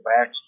back